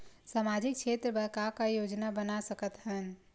सामाजिक क्षेत्र बर का का योजना बना सकत हन?